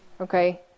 Okay